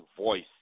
voice